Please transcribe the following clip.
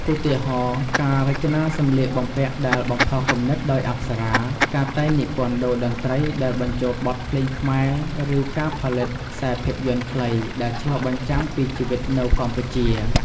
ឧទាហរណ៍ ការរចនាសម្លៀកបំពាក់ដែលបំផុសគំនិតដោយអប្សរា ការតែងនិពន្ធតូរ្យតន្ត្រីដែលបញ្ចូលបទភ្លេងខ្មែរ ឬការផលិតខ្សែភាពយន្តខ្លីដែលឆ្លុះបញ្ចាំងពីជីវិតនៅកម្ពុជា។